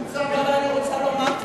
אני מבקש ממך במחילה,